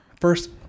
first